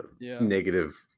negative